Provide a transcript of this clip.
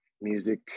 music